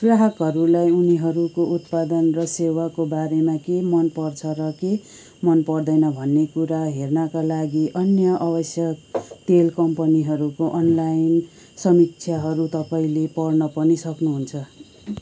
ग्राहकहरूलाई उनीहरूको उत्पादन र सेवाको बारेमा के मनपर्छ र के मनपर्दैन भन्ने कुरा हेर्नका लागि अन्य आवश्यक तेल कम्पनीहरूको अनलाइन समीक्षाहरू तपाईँँले पढ्न पनि सक्नुहुन्छ